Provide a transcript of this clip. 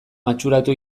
matxuratu